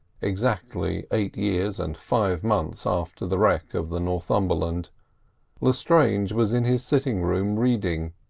exactly eight years and five months after the wreck of the northumberland lestrange was in his sitting-room reading,